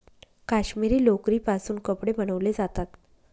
काश्मिरी लोकरीपासून कपडे बनवले जातात